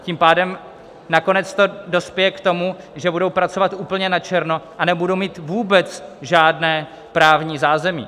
Tím pádem nakonec to dospěje k tomu, že budou pracovat úplně načerno a nebudou mít vůbec žádné právní zázemí.